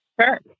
Sure